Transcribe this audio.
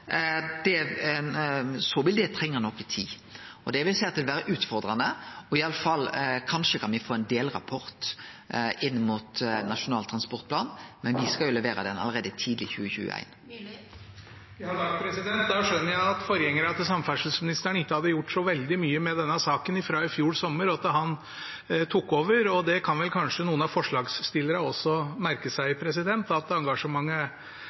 Så vil det trenge litt tid, og det vil seie at det vil vere utfordrande. Kanskje kan me få ein delrapport inn mot Nasjonal transportplan, men den skal me jo levere allereie tidleg i 2021. Da skjønner jeg at forgjengerne til samferdselsministeren ikke hadde gjort så veldig mye med denne saken fra i fjor sommer og til han tok over. Det kan vel kanskje noen av forslagsstillerne også merke seg, at engasjementet